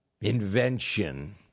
invention